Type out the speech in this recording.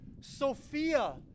Sophia